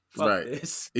Right